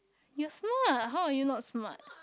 you smart how you not smart